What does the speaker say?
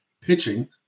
pitching